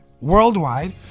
worldwide